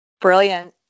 Brilliant